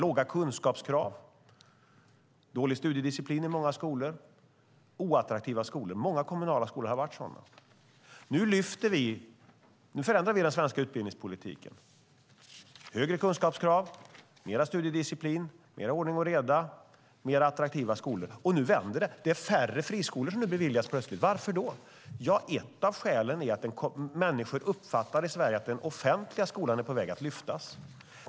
Låga kunskapskrav och dålig studiedisciplin i många skolor har gjort många kommunala skolor oattraktiva. Nu förändrar vi den svenska utbildningspolitiken. Högre kunskapskrav, bättre studiedisciplin och mer ordning och reda ger mer attraktiva skolor. Nu vänder det. Färre friskoletillstånd beviljas. Varför? Ett av skälen är att människor i Sverige uppfattar att den offentliga skolan är på väg att lyftas.